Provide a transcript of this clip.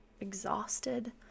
Exhausted